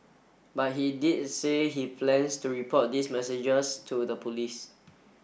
but he did say he plans to report these messages to the police